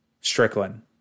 Strickland